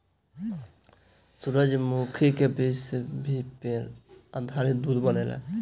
सूरजमुखी के बीज से भी पेड़ आधारित दूध बनेला